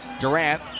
Durant